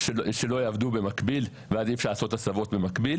שלא יעבדו במקביל, ואז אי אפשר לעשות הסבות במקבי,